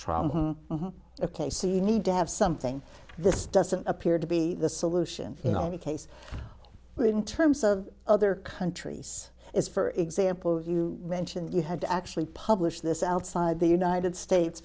trouble ok so you need to have something this doesn't appear to be the solution the case but in terms of other countries as for example you mentioned you had to actually publish this outside the united states